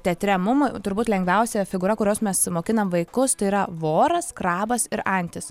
teatre mum turbūt lengviausia figūra kurios mes mokinam vaikus tai yra voras krabas ir antis